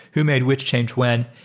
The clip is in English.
who made which change when?